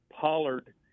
Pollard